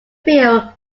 feel